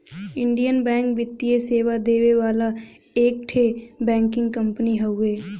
Indian Bank वित्तीय सेवा देवे वाला एक ठे बैंकिंग कंपनी हउवे